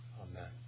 Amen